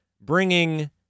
bringing